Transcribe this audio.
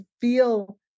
feel